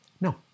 No